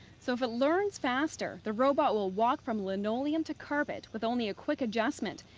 so if it learns faster, the robot will walk from linoleum to carpet with only a quick adjustment.